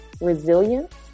resilience